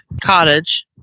cottage